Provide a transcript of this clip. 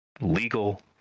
legal